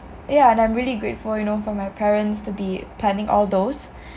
yah and I'm really grateful you know for my parents to be planning all those